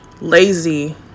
lazy